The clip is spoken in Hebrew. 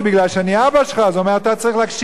אז הוא אומר: אתה צריך להקשיב לי כי אני הילד שלך.